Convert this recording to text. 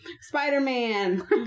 spider-man